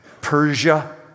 Persia